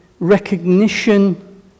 recognition